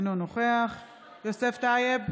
אינו נוכח יוסף טייב,